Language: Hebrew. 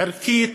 ערכית,